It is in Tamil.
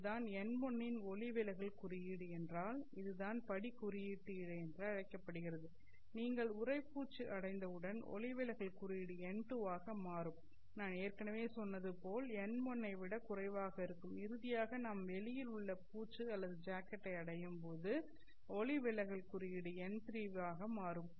இது தான் n1 இன் ஒளி விலகல் குறியீடு என்றால் இதுதான் படி குறியீட்டு இழை என்று அழைக்கப்படுகிறது நீங்கள் உறைப்பூச்சு அடைந்தவுடன் ஒளி விலகல் குறியீடு n2 ஆக மாறும் நான் ஏற்கனவே சொன்னது போல் n1 ஐ விட குறைவாக இருக்கும் இறுதியாக நாம் வெளியில் உள்ள பூச்சு அல்லது ஜாக்கெட் ஐ அடையும்போது ஒளி விலகல் குறியீடு n3 வாக மாறும்